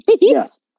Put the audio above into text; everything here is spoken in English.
Yes